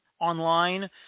online